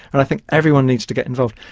and i think everyone needs to get involved,